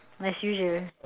as usual